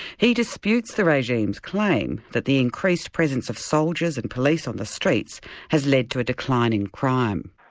he disputes the regime's claim that the increased presence of soldiers and police on the streets has led to a decline in crime.